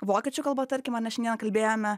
vokiečių kalba tarkim ane šiandien kalbėjome